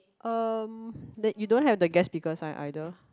um babe you don't have the guest speaker sign either